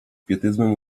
pietyzmem